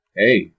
hey